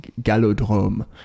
galodrome